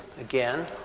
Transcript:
again